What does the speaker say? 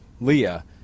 Leah